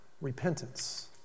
Repentance